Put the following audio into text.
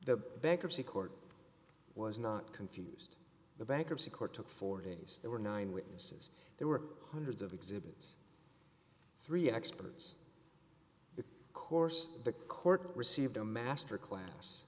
the bankruptcy court was not confused the bankruptcy court took four days there were nine witnesses there were hundreds of exhibits three experts course the court received a master class